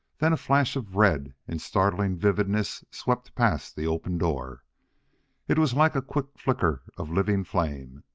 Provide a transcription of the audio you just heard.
then a flash of red in startling vividness swept past the open door it was like a quick flicker of living flame.